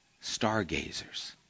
stargazers